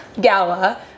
gala